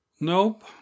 Nope